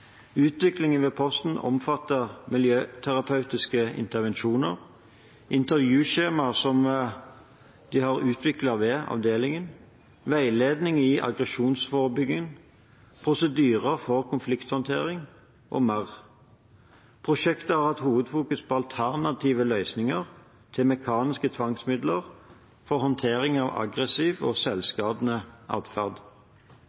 Utviklingen ved posten omfatter miljøterapeutiske intervensjoner, intervjuskjemaer som de har utviklet ved avdelingen, veiledning i aggresjonsforebygging, prosedyrer for konflikthåndtering m.m. Prosjektet har lagt hovedvekten på alternative løsninger til mekaniske tvangsmidler for håndtering av aggressiv og